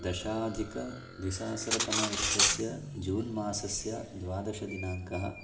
दशाधिकद्विसहस्रतमवर्षस्य जून् मासस्य द्वादशदिनाङ्कः